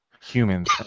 humans